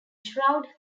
shroud